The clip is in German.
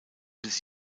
bis